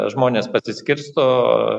žmonės pasiskirsto